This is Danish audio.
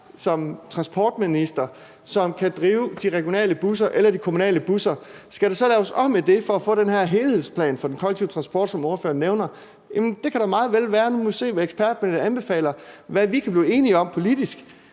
som transportminister kan drive de regionale busser eller de kommunale busser. Skal der så laves om i det for at få den her helhedsplan for den kollektive transport, som ordføreren nævner? Det kan da meget vel være. Nu må vi se, hvad ekspertpanelet anbefaler, og hvad vi kan blive enige om politisk.